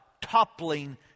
toppling